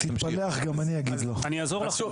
עוד פעם,